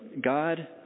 god